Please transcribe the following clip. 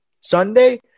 Sunday